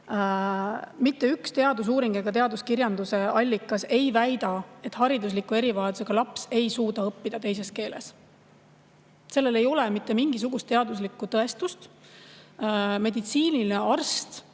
Mitte üks teadusuuring ega teaduskirjanduse allikas ei väida, et haridusliku erivajadusega laps ei suuda õppida teises keeles. Sellel ei ole mitte mingisugust teaduslikku tõestust. Arst,